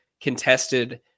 contested